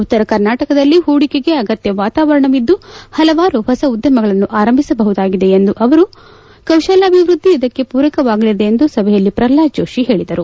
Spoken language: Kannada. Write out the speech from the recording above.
ಉತ್ತರ ಕರ್ನಾಟಕದಲ್ಲಿ ಹೂಡಿಕೆಗೆ ಅಗತ್ಯ ವಾತಾವರಣವಿದ್ದು ಹಲವಾರು ಹೊಸ ಉದ್ಯಮಗಳನ್ನು ಆರಂಭಿಸಬಹುದಾಗಿದೆ ಎಂದ ಅವರು ಕೌಶಲ್ಯಾಭಿವೃದ್ಧಿ ಇದಕ್ಕೆ ಪೂರಕವಾಗಲಿದೆ ಎಂದು ಸಭೆಯಲ್ಲಿ ಪ್ರಹ್ನಾದ್ ಜೋತಿ ಹೇಳಿದರು